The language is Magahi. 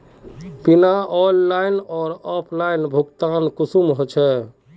बिल ऑनलाइन आर ऑफलाइन भुगतान कुंसम होचे?